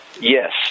Yes